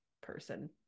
person